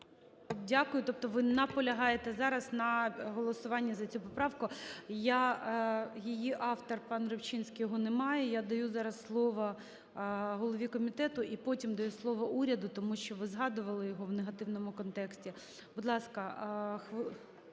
Дякую. Тобто ви наполягаєте зараз на голосуванні за цю поправку. Її автор - панРибчинський, його немає. Я даю зараз слово голові комітету, і потім даю слово уряду, тому що ви згадували його в негативному контексті. Будь ласка,